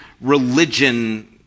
religion